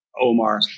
omar